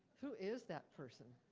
who is that person?